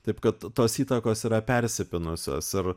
taip kad tos įtakos yra persipynusios ir